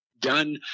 done